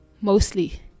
mostly